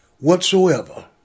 Whatsoever